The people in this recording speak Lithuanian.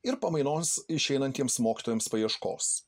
ir pamainos išeinantiems mokytojams paieškos